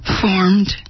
formed